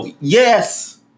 Yes